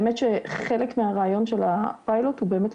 ואנחנו כבר חמש שנים מנסים לקדם את זה וכל שנה איבדנו עוד ועוד אנשים.